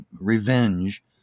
Revenge